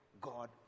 God